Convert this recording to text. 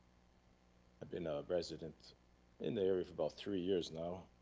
been a resident in the area for about three years now.